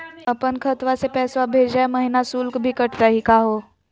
अपन खतवा से पैसवा भेजै महिना शुल्क भी कटतही का हो?